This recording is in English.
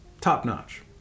top-notch